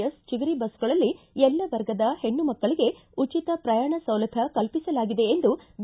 S Chigari ಬಸ್ತುಗಳಲ್ಲಿ ಎಲ್ಲಾ ವರ್ಗದ ಹೆಣ್ಣು ಮಕ್ಕಳಿಗೆ ಉಚಿತ ಪ್ರಯಾಣ ಸೌಲಭ್ಣ ಕಲ್ಪಿಸಲಾಗಿದೆ ಎಂದು ಬಿ